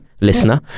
listener